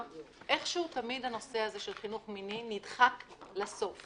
איכשהו תמיד הנושא הזה של חינוך מיני נדחק לסוף.